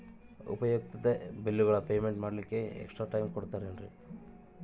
ಉಪಯುಕ್ತತೆ ಬಿಲ್ಲುಗಳ ಪೇಮೆಂಟ್ ಮಾಡ್ಲಿಕ್ಕೆ ಎಕ್ಸ್ಟ್ರಾ ಟೈಮ್ ಕೊಡ್ತೇರಾ ಏನ್ರಿ?